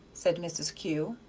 said mrs. kew.